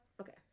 Okay